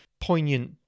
poignant